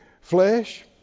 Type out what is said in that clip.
Flesh